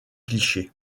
clichés